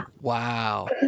wow